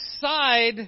side